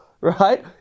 right